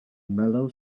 mellow